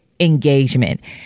Engagement